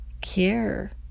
care